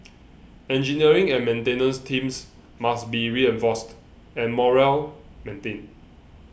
engineering and maintenance teams must be reinforced and morale maintained